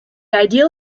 ideal